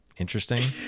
interesting